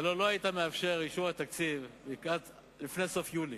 הלוא לא היית מאפשר אישור התקציב לפני סוף יוני.